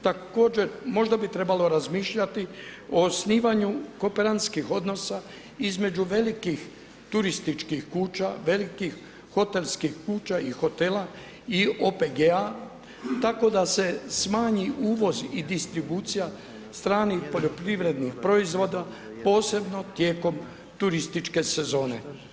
Također, možda bi trebalo razmišljati i osnivanju kooperantskih odnosa između velikih turističkih kuća, velikih hotelskih kuća i hotela i OPG-a tako da se smanji uvoz i distribucija stranih poljoprivrednih proizvoda posebno tijekom turističke sezone.